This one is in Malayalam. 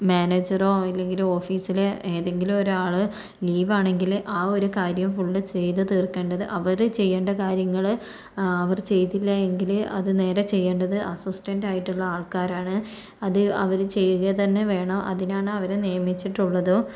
മാനേജറോ ഇല്ലെങ്കിൽ ഓഫീസിലെ ഏതെങ്കിലും ഒരാൾ ലീവ് ആണെങ്കിൽ ആ ഒരു കാര്യം ഫുൾ ചെയ്തു തീർക്കേണ്ടത് അവർ ചെയ്യേണ്ട കാര്യങ്ങൾ അവർ ചെയ്തില്ല എങ്കിൽ അത് നേരെ ചെയ്യേണ്ടത് അസിസ്റ്റൻ്റ് ആയിട്ടുള്ള ആൾക്കാരാണ് അത് അവർ ചെയ്യുക തന്നെ വേണം അതിനാണ് അവരെ നിയമിച്ചിട്ടുള്ളത്